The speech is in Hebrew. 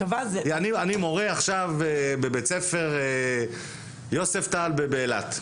אני מורה עכשיו בבית ספר יוספטל באילת.